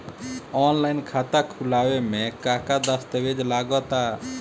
Online खाता खूलावे म का का दस्तावेज लगा ता?